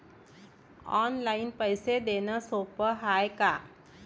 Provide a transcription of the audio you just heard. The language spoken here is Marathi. ऑनलाईन पैसे देण सोप हाय का?